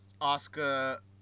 oscar